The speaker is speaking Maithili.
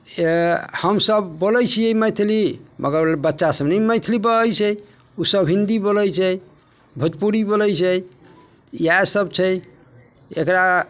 ए हमसभ बोलै छियै मैथिली मगर बच्चा सभ नहि मैथिली बजै छै उ सभ हिन्दी बोलै छै भोजपुरी बोलै छै इएह सभ छै एकरा